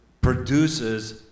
produces